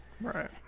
Right